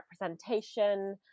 representation